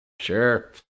Sure